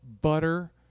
butter